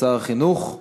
לשר החינוך.